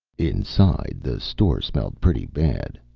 inside, the store smelled pretty bad.